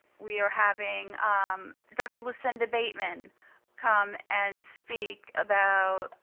we are having dr. lucinda bateman come and speak about